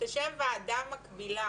שתשב ועדה מקבילה